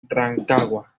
rancagua